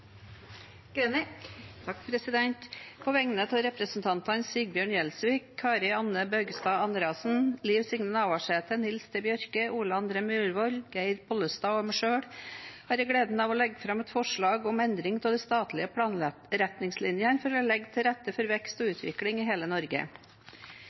På vegne av representantene Sigbjørn Gjelsvik, Kari Anne Bøkestad Andreassen, Liv Signe Navarsete, Nils T. Bjørke, Ole André Myhrvold, Geir Pollestad og meg selv har jeg gleden av å legge fram et forslag om endring av de statlige planretningslinjene for å legge til rette for vekst og